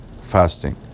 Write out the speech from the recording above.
fasting